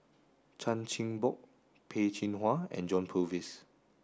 Chan Chin Bock Peh Chin Hua and John Purvis